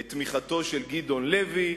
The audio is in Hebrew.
את תמיכתו של גדעון לוי,